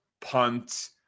punt